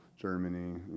Germany